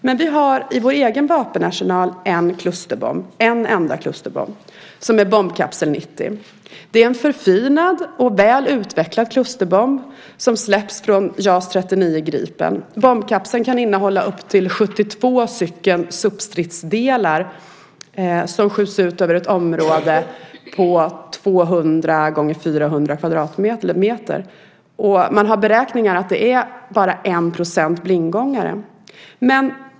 Men vi har i vår egen vapenarsenal en klusterbomb, en enda klusterbomb, som är bombkapsel 90. Det är en förfinad och väl utvecklad klusterbomb, som släpps från JAS 39 Gripen. Bombkapseln kan innehålla upp till 72 substridsdelar som skjuts ut över ett område på 200 ( 400 kvadratmeter. Man har beräknat att det är bara 1 % blindgångare.